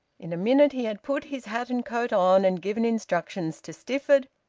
in a minute he had put his hat and coat on and given instructions to stifford,